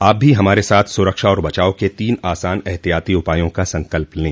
आप भी हमारे साथ सुरक्षा और बचाव के तीन आसान एहतियाती उपायों का संकल्प लें